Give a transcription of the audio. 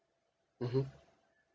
mmhmm